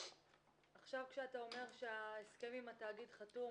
עכשיו כשאתה אומר שההסכם עם התאגיד חתום,